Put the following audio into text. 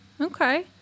Okay